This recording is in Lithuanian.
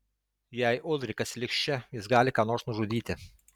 jei ulrikas liks čia jis gali ką nors nužudyti